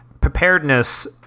Preparedness